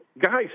guys